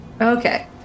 Okay